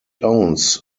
owns